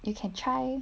you can try